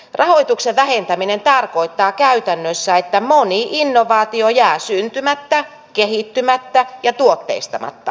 rahoituksen vähentäminen tarkoittaa käytännössä että moni innovaatio jää syntymättä kehittymättä ja tuotteistamatta